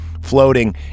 floating